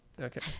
Okay